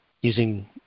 using